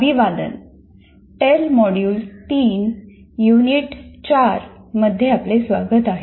अभिवादन टेल module 3 unit 4 मध्ये आपले स्वागत आहे